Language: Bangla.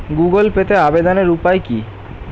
গুগোল পেতে আবেদনের উপায় কি?